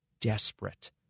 desperate